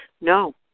no